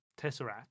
Tesseract